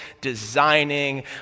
designing